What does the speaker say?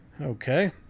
Okay